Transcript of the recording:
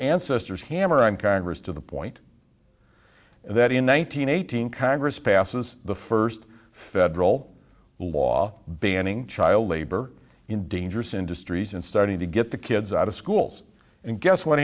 ancestors hammer on congress to the point that in one thousand eight hundred congress passes the first federal law banning child labor in dangerous industries and starting to get the kids out of schools and guess what